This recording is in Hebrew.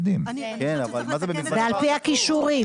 ועל פי הכישורים,